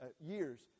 years